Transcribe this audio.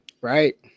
Right